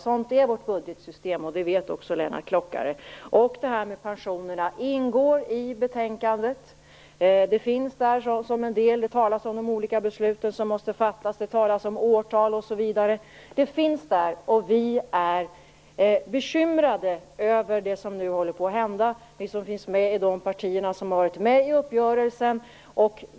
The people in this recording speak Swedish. Sådant är vårt budgetsystem, och det vet också Lennart Klockare. Pensionsfrågan ingår i betänkandet. Den finns där som en del; det skrivs om de olika beslut som måste fattas, om årtal osv. Den finns alltså där, och inom de partier som varit med i uppgörelsen är vi bekymrade över det som nu håller på att hända.